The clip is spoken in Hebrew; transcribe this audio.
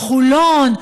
חולון,